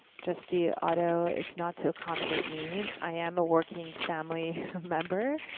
trustee otto it's not to accommodate me, i am a working family member.